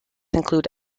include